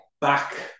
back